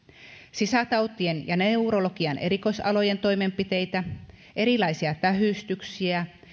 sisätautien ja neurologian erikoisalojen toimenpiteitä erilaisia tähystyksiä